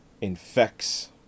infects